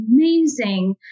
amazing